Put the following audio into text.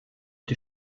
die